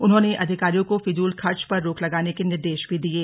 उन्होंने अधिकारियों को फिजूल खर्च पर रोक लगाने के निर्देश भी दिये